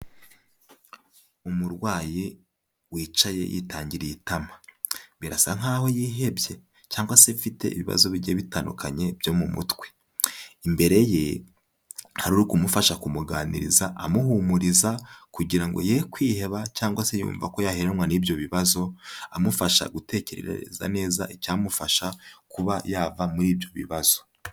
Umurwayi wicaye yitangiriye itama, birasa nkaho yihebye cyangwa se afite ibibazo bigiye bitandukanye byo mu mutwe. Imbere ye hari uri kumufasha kumuganiriza amuhumuriza kugira ngo ye kwiheba cyangwa se yumva ko yaheranwa n'ibyo bibazo, amufasha gutekereza neza icyamufasha kuba yava muri ibyo bibazo.